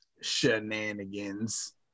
Shenanigans